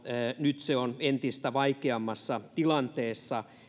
nyt se on entistä vaikeammassa tilanteessa